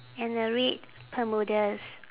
and a red bermudas